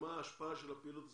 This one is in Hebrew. ומה השפעת הפעילות הספציפית.